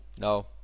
No